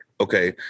okay